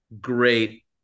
great